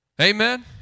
Amen